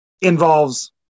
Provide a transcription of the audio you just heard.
involves